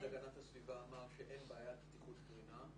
להגנת הסביבה אמר שאין בעיית בטיחות קרינה.